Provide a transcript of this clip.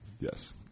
Yes